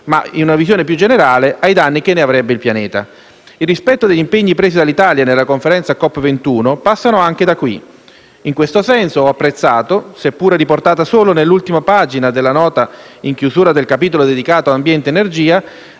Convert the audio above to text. Grazie a tutta